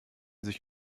sich